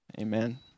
Amen